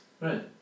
Right